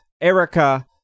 Erica